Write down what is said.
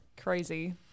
Crazy